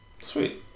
Sweet